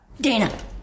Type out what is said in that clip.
Dana